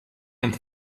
and